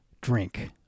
drink